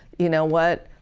you know what?